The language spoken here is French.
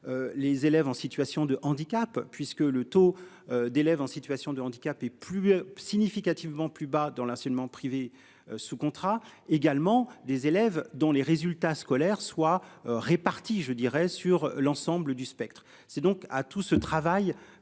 Les élèves en situation de handicap puisque le taux d'élèves en situation de handicap et plus. Significativement plus bas dans l'enseignement privé sous contrat également des élèves dont les résultats scolaires soient répartis je dirais sur l'ensemble du spectre. C'est donc à tout ce travail